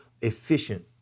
efficient